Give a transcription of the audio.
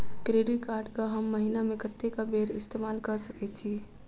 Credit card कऽ हम महीना मे कत्तेक बेर इस्तेमाल कऽ सकय छी?